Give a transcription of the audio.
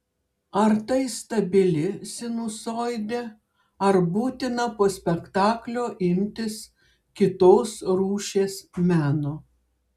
ar tai stabili sinusoidė ar būtina po spektaklio imtis kitos rūšies meno